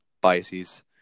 biases